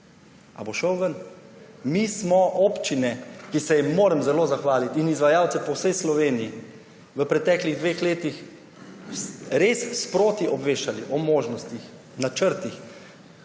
Ali bo šel ven? Mi smo občine, ki se jim moram zelo zahvaliti, in izvajalce po vsej Sloveniji v preteklih dveh letih res sproti obveščali o možnostih, načrtih.